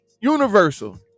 universal